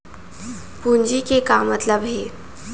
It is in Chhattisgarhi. पूंजी के का मतलब हे?